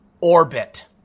orbit